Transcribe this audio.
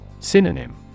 Synonym